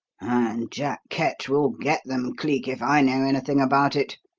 and jack ketch will get them, cleek, if i know anything about it.